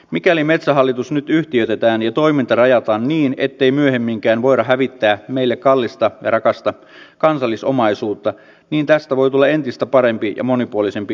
mikäli metsähallitus nyt yhtiöitetään ja toiminta rajataan niin ettei myöhemminkään voida hävittää meille kallista ja rakasta kansallisomaisuutta niin tästä voi tulla entistä parempi ja monipuolisempi yritys